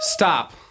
Stop